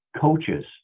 coaches